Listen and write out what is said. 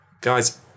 guys